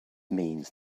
means